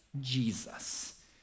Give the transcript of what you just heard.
Jesus